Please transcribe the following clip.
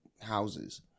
houses